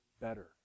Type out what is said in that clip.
better